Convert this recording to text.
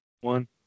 one